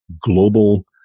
global